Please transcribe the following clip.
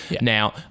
Now